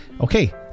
Okay